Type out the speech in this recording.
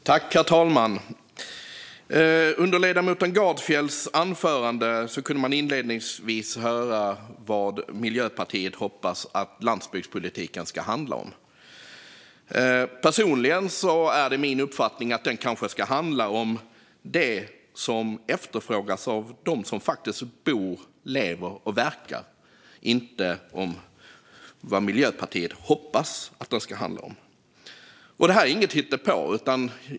Herr talman! Under ledamoten Gardfjells anförande kunde man inledningsvis höra vad Miljöpartiet hoppas att landsbygdspolitiken ska handla om. Personligen är min uppfattning att den ska handla om det som efterfrågas av dem som faktiskt bor, lever och verkar där och inte om vad Miljöpartiet hoppas att den ska handla om. Det här är inget hittepå.